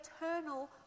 eternal